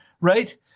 right